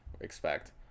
expect